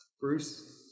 Bruce